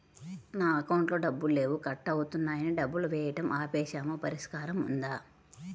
నా అకౌంట్లో డబ్బులు లేవు కట్ అవుతున్నాయని డబ్బులు వేయటం ఆపేసాము పరిష్కారం ఉందా?